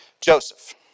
Joseph